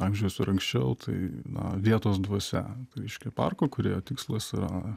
amžiaus ar anksčiau tai na vietos dvasia reiškia parko kurio tikslas yra